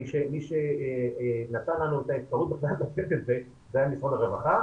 מי שנתן לנו את האפשרות לתת את זה היה משרד הרווחה.